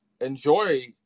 enjoy